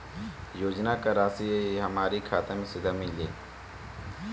योजनाओं का राशि हमारी खाता मे सीधा मिल जाई?